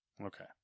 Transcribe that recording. Okay